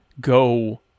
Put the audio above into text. go